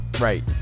Right